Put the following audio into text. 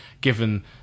given